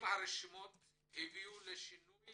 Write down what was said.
הביאו לשינוי